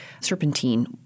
serpentine